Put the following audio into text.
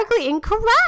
incorrect